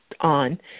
on